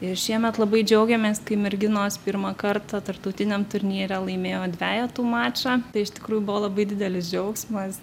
ir šiemet labai džiaugėmės kai merginos pirmą kartą tarptautiniam turnyre laimėjo dvejetų mačą tai iš tikrųjų buvo labai didelis džiaugsmas